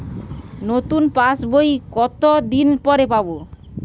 নতুন পাশ বই কত দিন পরে পাবো?